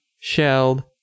shelled